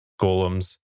golems